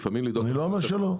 אני לא אומר לא.